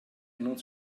non